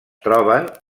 troben